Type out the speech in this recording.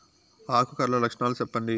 ఆకు కర్ల లక్షణాలు సెప్పండి